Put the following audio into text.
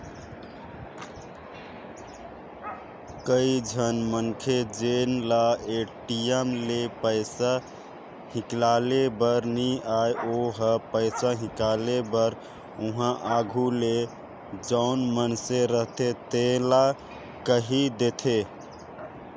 कइझन मनखे जेन ल ए.टी.एम ले पइसा हिंकाले बर नी आय ओ ह पइसा हिंकाले बर उहां आघु ले जउन मइनसे रहथे तेला कहि देथे